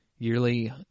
Yearly